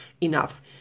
enough